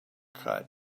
cut